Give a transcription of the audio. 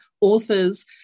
authors